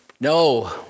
No